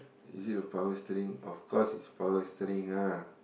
is it the power steering of course it's power steering ah